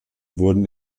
wurden